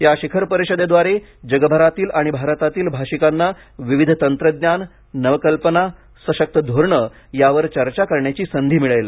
या शिखर परिषदेद्वारे जगभरातील आणि भारतातील भाषिकांना विविध तंत्रज्ञान नवकल्पना सशक्त धोरणे यावर चर्चा करण्याची संधी मिळेल